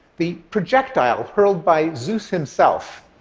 the projectile hurled by zeus himself?